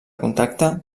contacte